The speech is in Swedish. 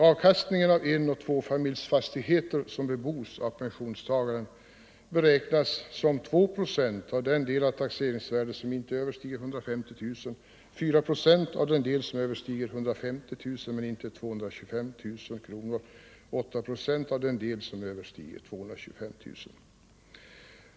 Avkastningen av enoch tvåfamiljsfastigheter som bebos av pensionstagaren beräknas med 2 procent av den del av taxeringsvärdet som inte överstiger 150 000 kronor, med 4 procent på den del som överstiger 150 000 kronor men inte 225 000 kronor och med 8 procent av den del som överstiger 225 000 kronor.